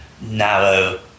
narrow